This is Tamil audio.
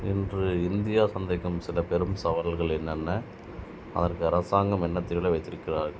இன்று இந்தியா சந்திக்கும் சில பெரும் சவால்கள் என்னென்ன அதற்கு அரசாங்கம் என்ன தீர்வுகளை வைத்திருக்கிறார்கள்